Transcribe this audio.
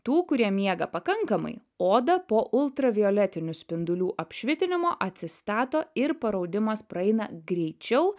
tų kurie miega pakankamai oda po ultravioletinių spindulių apšvitinimo atsistato ir paraudimas praeina greičiau